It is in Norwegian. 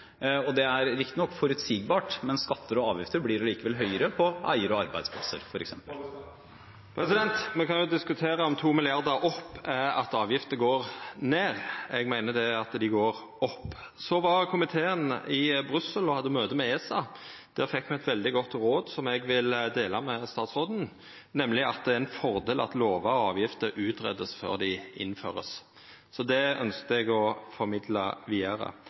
er at avgifter går ned. Eg meiner det er at dei går opp. Komiteen var i Brussel og hadde møte med ESA. Der fekk me eit veldig godt råd som eg vil dela med statsråden, nemleg at det er ein fordel at skattar og avgifter vert greidde ut før dei vert innførte. Det ønskjer eg å formidla vidare.